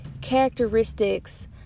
characteristics